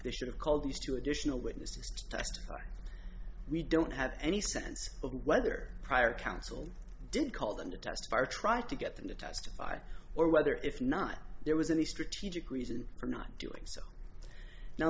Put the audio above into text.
they should have called these two additional witnesses testify we don't have any sense of whether prior counsel didn't call them to testify or try to get them to testify or whether if not there was any strategic reason for not doing so now